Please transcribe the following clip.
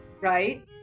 right